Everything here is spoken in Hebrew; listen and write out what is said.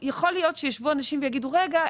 יכול להיות שיישבו אנשים ויגידו: "רגע,